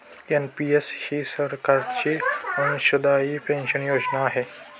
NPS ही सरकारची अंशदायी पेन्शन योजना आहे